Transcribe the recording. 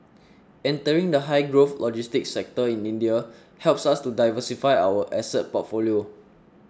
entering the high growth logistics sector in India helps us to diversify our asset portfolio